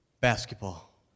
basketball